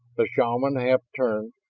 the shaman half turned,